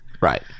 Right